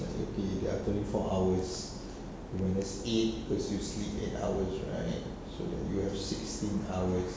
okay there are twenty four hours minus eight because you sleep eight hours right so you have sixteen hours